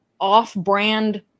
off-brand